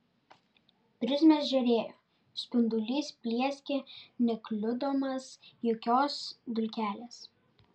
prizmės žėrėjo spindulys plieskė nekliudomas jokios dulkelės